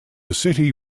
city